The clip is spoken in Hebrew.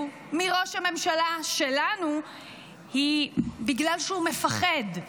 מראש הממשלה שלנו היא בגלל שהוא מפחד.